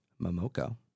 Momoko